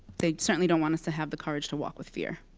they certainly don't want us to have the courage to walk with fear.